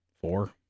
Four